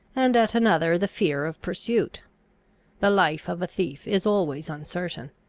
and at another the fear of pursuit the life of a thief is always uncertain.